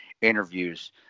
interviews